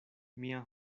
mia